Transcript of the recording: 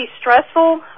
stressful